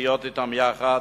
להיות אתם יחד,